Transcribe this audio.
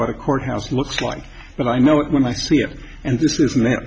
what a court house looks like but i know it when i see it and this is m